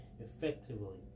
effectively